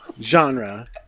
genre